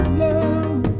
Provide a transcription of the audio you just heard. love